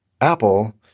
Apple